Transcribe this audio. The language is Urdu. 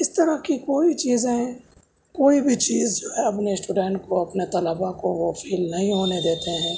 اس طرح کی کوئی چیزیں کوئی بھی چیز جو ہے اپنے اسٹوڈنٹ کو اپنے طلباء کو وہ فیل نہیں ہونے دیتے ہیں